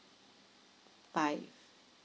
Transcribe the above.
five